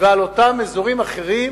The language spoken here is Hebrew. ועל אותם אזורים אחרים,